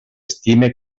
estime